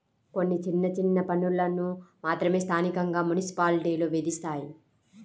కొన్ని చిన్న చిన్న పన్నులను మాత్రమే స్థానికంగా మున్సిపాలిటీలు విధిస్తాయి